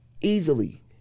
easily